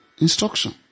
instruction